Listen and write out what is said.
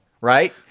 Right